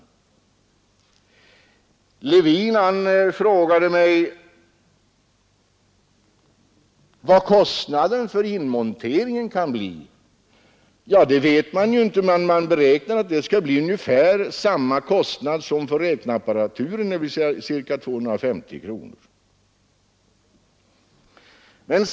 Herr Levin frågade mig hur stor kostnaden för inmonteringen kan bli. Det vet man inte, men man beräknar att den skall bli ungefär densamma som för räknarapparaturen, dvs. omkring 250 kronor.